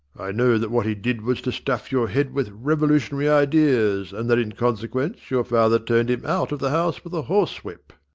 i know that what he did was to stuff your head with revolutionary ideas, and that in consequence your father turned him out of the house with a horsewhip.